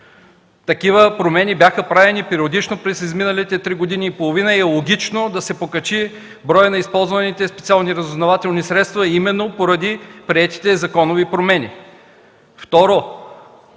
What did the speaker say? Такива промени бяха правени периодично през изминалите три години и половина и е логично да се покачи броят на използваните специални разузнавателни средства именно поради приетите законови промени. Второ,